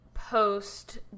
post